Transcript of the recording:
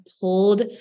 pulled